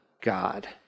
God